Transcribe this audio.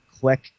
Click